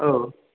औ